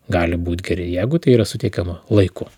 gali būt geri jeigu tai yra suteikiama laiku